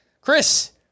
Chris